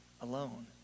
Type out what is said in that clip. alone